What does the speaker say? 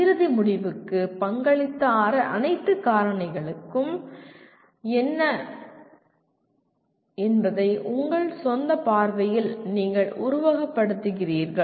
இறுதி முடிவுக்கு பங்களித்த அனைத்து காரணிகளும் என்ன என்பதை உங்கள் சொந்த பார்வையில் நீங்கள் உருவகப் படுத்துகிறீர்கள்